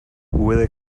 hube